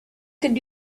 could